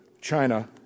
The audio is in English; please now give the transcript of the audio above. China